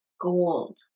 gold